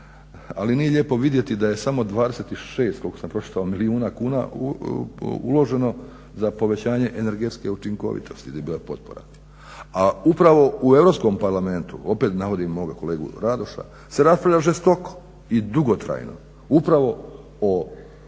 ali nije lijepo vidjeti da je samo 26 koliko sam pročitao milijuna kuna uloženo za povećanje energetske učinkovitosti gdje je bila potpora. A upravo u Europskom parlamentu opet navodim moga kolegu Radoša se raspravlja žestoko i dugotrajno upravo o